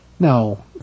No